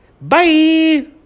Bye